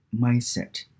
mindset